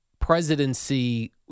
presidency